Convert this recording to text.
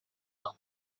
ans